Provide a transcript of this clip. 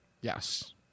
yes